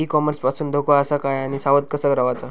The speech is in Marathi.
ई कॉमर्स पासून धोको आसा काय आणि सावध कसा रवाचा?